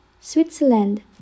Switzerland